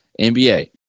NBA